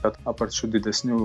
kad apart šių didesnių